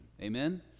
Amen